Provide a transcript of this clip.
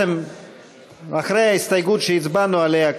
אחרי ההסתייגות שהצבענו עליה,